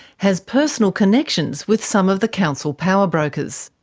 has personal connections with some of the council powerbrokers.